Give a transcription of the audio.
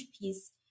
piece